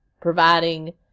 providing